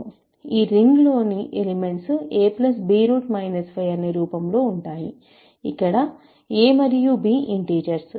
ఈ రింగ్ లోని elements a b 5 అనే రూపంలో ఉంటాయి ఇక్కడ a మరియు b ఇంటిజర్స్